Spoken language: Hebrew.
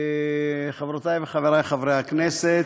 חברותיי וחבריי חברי הכנסת,